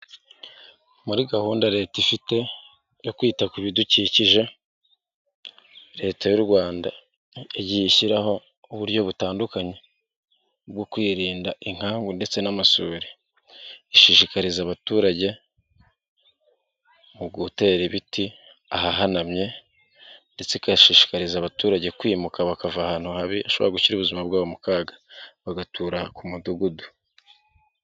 Muri gahunda leta ifite yo kwita ku bidukikije leta y'u Rwanda yagiye ishyiraho uburyo butandukanye bwo kwirinda inkangu ndetse n'amasuri ishishikariza abaturage mu gutera ibiti ahahanamye ndetse igashishikariza abaturage kwimuka bakava ahantu habishobora gushyira ubuzima bwabo mu kaga bagatura ku mudugudu.